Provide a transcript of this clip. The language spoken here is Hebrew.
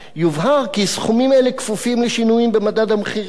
כי סכומים אלה כפופים לשינויים במדד המחירים לצרכן",